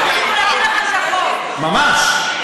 ממש.